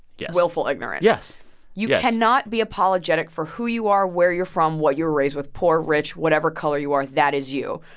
yes. willful ignorance yes. yes you cannot be apologetic for who you are, where you're from, what you were raised with, poor, rich, whatever color you are. that is you.